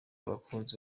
abakunzi